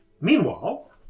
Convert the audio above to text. meanwhile